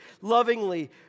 lovingly